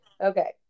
Okay